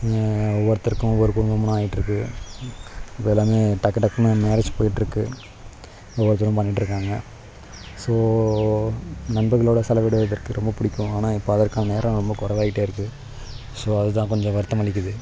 ஒவ்வொருத்தருக்கும் ஒவ்வொரு குடும்பம்னு ஆயிட்டிருக்கு இப்போ எல்லாமே டக்கு டக்குன்னு மேரேஜ் போயிட்டிருக்கு ஒவ்வொருத்தரும் பண்ணிட்ருக்காங்க ஸோ நண்பர்களோடு செலவிடுவதற்கு ரொம்பப் பிடிக்கும் ஆனால் இப்போ அதற்கான நேரம் ரொம்ப குறைவாயிட்டே இருக்குது ஸோ அதுதான் கொஞ்சம் வருத்தமளிக்குது